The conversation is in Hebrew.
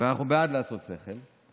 ואנחנו בעד לעשות שכל,